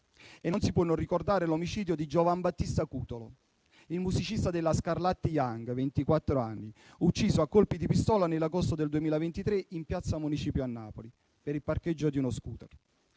Non si può non ricordare l'omicidio di Giovanbattista Cutolo, il musicista dell'orchestra Scarlatti Young, di ventiquattro anni, ucciso a colpi di pistola nell'agosto del 2023 in Piazza Municipio a Napoli per il parcheggio di uno *scooter*.